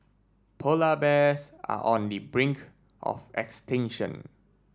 polar bears are on the brink of extinction